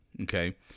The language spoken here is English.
Okay